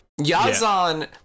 Yazan